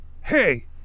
Hey